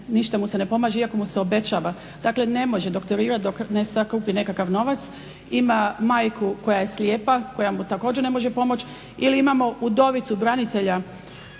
Ništa mu se ne pomaže iako mu se obećava. Dakle, ne može doktorira dok ne sakupi nekakav novac. Ima majku koja je slijepa koja mu također ne može pomoći. Ili imamo udovicu branitelja